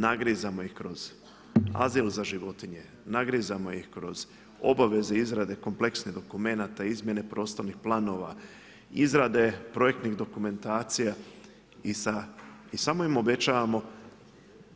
Nagrizamo ih kroz azil za životinje, nagrizamo ih kroz obaveze izrade kompleksnih dokumenata, izmjene prostornih planova, izrade projektnih dokumentacija i samo im obećavamo,